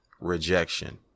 rejection